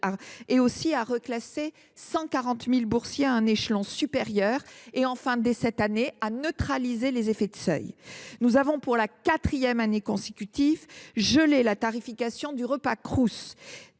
éligibles, à reclasser 140 000 boursiers à un échelon supérieur et à neutraliser les effets de seuil. Nous avons pour la quatrième année consécutive gelé la tarification des repas au